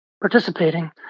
participating